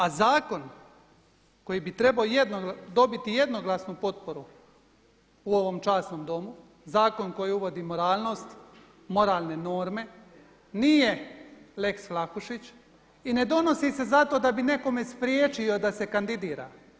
A zakon koji bi trebao dobiti jednoglasnu potporu u ovom časnom Domu, zakon koji uvodi moralnost, moralne norme nije lex Vlahušić i ne donosi se zato da bi nekome spriječio da se kandidira.